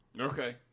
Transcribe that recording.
okay